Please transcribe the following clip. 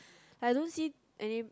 I don't see any